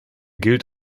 gilt